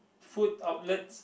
food outlets